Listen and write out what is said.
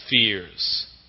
fears